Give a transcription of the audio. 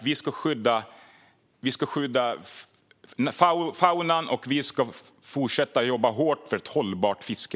Vi ska skydda faunan, och vi ska fortsätta att jobba hårt för ett hållbart fiske.